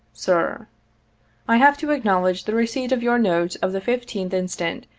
sir i have to acknowledge the receipt of your note of the fifteenth instant,